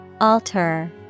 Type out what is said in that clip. Alter